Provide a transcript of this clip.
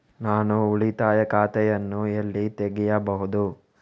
ನಾನು ಉಳಿತಾಯ ಖಾತೆಯನ್ನು ಎಲ್ಲಿ ತೆಗೆಯಬಹುದು?